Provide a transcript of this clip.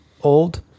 old